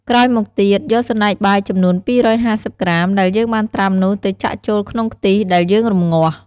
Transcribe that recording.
ក្រោយមកទៀត យកសណ្ដែកបាយចំនួន២៥០ក្រាម ដែលយើងបានត្រាំនោះ ទៅចាក់ចូលក្នុងខ្ទិះដែលយើងរំងាស់។